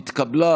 נתקבל.